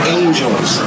angels